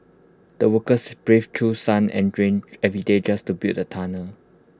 the workers braved through sun and rain every day just to build the tunnel